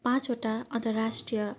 पाँचवटा अन्तर्राष्ट्रिय